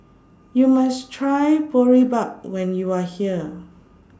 YOU must Try Boribap when YOU Are here